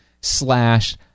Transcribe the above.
slash